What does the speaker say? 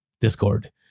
Discord